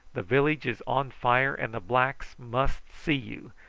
the village is on fire, and the blacks must see you.